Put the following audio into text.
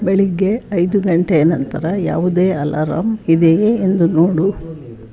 ಬೆಳಗ್ಗೆ ಐದು ಗಂಟೆಯ ನಂತರ ಯಾವುದೇ ಅಲಾರಾಂ ಇದೆಯೇ ಎಂದು ನೋಡು